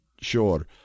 sure